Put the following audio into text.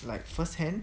like first hand